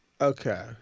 Okay